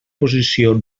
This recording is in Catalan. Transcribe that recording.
posició